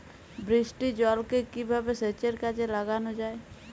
বৃষ্টির জলকে কিভাবে সেচের কাজে লাগানো যায়?